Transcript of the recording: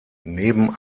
neben